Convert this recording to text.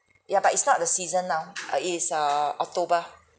ya but it's not the season now ah is err october